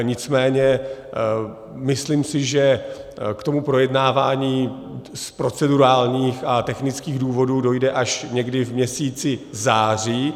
Nicméně myslím si, že k tomu projednávání z procedurálních a technických důvodů dojde až někdy v měsíci září.